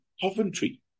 Coventry